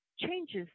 changes